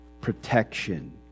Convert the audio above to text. protection